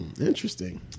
Interesting